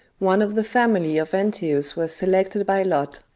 one of the family of antaeus was selected by lot,